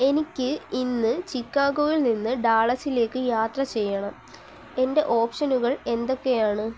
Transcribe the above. എനിക്ക് ഇന്ന് ചിക്കാഗോയിൽ നിന്ന് ഡാളസിലേക്ക് യാത്ര ചെയ്യണം എൻ്റെ ഓപ്ഷനുകൾ എന്തൊക്കെയാണ്